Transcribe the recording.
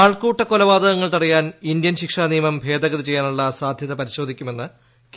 ആൾക്കൂട്ട കൊലപാതകങ്ങൾ തടയാൻ ഇന്ത്യൻ ശിക്ഷാ നിയമം ഭേദഗതി ചെയ്യാനുള്ള സാധൃത പരിശോധിക്കുമെന്ന് കേന്ദ്ര ഗവൺമെന്റ്